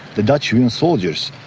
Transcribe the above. the dutch un soldiers,